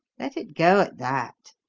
let it go at that.